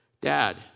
dad